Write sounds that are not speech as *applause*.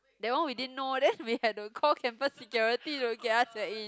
that one we didn't know then we had to call *laughs* campus security to get us at in